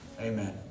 Amen